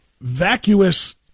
vacuous